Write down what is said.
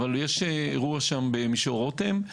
אבל יש אירוע שם במישור רותם,